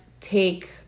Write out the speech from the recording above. take